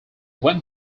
went